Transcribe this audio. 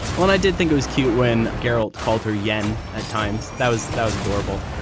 when i did think it was cute when garralda called her yen at times that was that was adorable.